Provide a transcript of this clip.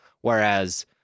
Whereas